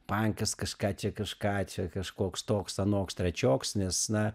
pankas kas ką čia kas ką čia kažkoks toks anoks trečioks nes na